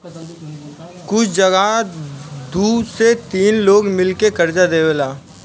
कुछ जगह दू से तीन लोग मिल के कर्जा देवेला